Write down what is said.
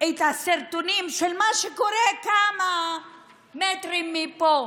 את הסרטונים של מה שקורה כמה מטרים מפה,